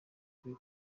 kuri